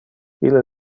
ille